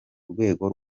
rwego